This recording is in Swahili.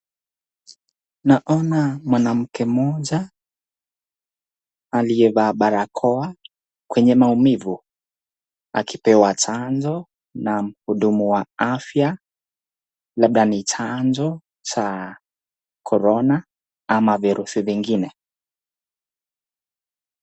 Naona mwanamke mmoja aliyevaa barakoa kwenye maumivu akipewa chanjo na mhudumu wa afya labda ni chanjo cha Corona ama virusi vingine.